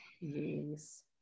yes